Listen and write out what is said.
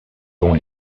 dont